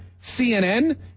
CNN